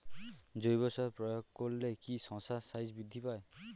জৈব সার প্রয়োগ করলে কি শশার সাইজ বৃদ্ধি পায়?